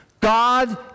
God